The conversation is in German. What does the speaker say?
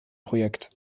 projekt